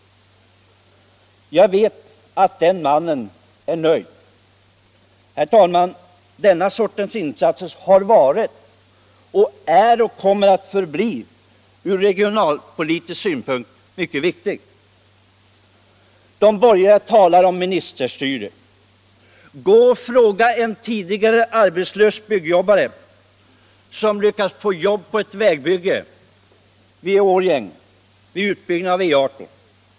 Jag vet att den mannen är nöjd. Denna sortens insats, herr talman, har varit, är och kommer att förbli mycket viktig ur social och regionalpolitisk synpunkt. De borgerliga talar om ministerstyre. Gå och fråga en tidigare arbetslös byggnadsjobbare som lyckats få jobb på ett vägbygge vid Årjäng, vid utbyggnaden av E 18.